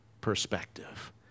perspective